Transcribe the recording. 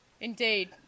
Indeed